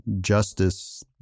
justice